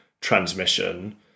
transmission